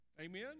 Amen